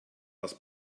was